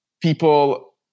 people